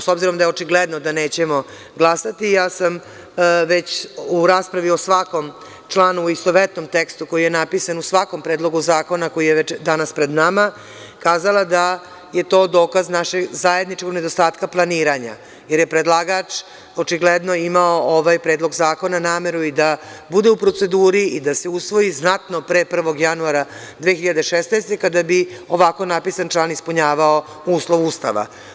S obzirom da je očigledno da nećemo glasati, ja sam već u raspravi o svakom članu u istovetnom tekstu, koji je napisan, u svakom predlogu zakona, koji je danas pred nama, kazala da je to dokaz našeg zajedničkog nedostatka planiranja, jer je predlagač očigledno imao nameru da predlog zakona bude u proceduri i da se usvoji znatno pre 1. januara 2016. godine, kada bi ovako napisan član ispunjavao uslov Ustava.